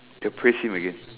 they'll praise him again